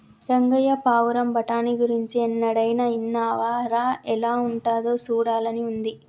రంగయ్య పావురం బఠానీ గురించి ఎన్నడైనా ఇన్నావా రా ఎలా ఉంటాదో సూడాలని ఉంది